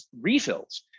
refills